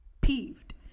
peeved